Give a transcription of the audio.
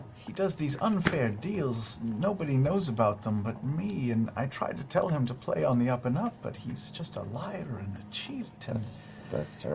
he does these unfair deals nobody knows about them but me, and i tried to tell him to play on the up and up but he's just a liar and a cheat. liam that's